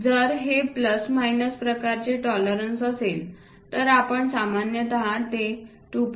जर हे plus minus प्रकारचे टॉलरन्स असेल तर आपण सामान्यत ते 2